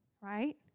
right